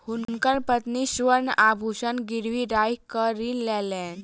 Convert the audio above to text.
हुनकर पत्नी स्वर्ण आभूषण गिरवी राइख कअ ऋण लेलैन